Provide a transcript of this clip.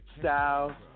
style